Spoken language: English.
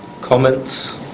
Comments